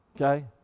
Okay